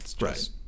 Right